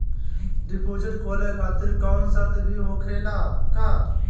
Deposit खोले खातिर कौनो शर्त भी होखेला का?